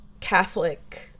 Catholic